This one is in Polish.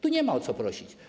Tu nie ma o co prosić.